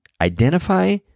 identify